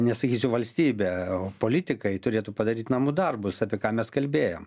nesakysiu valstybė o politikai turėtų padaryt namų darbus apie ką mes kalbėjom